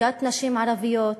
לתעסוקת נשים ערביות,